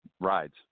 rides